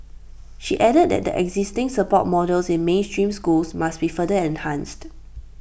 she added that the existing support models in mainstream schools must be further enhanced